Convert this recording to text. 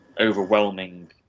overwhelming